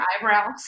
eyebrows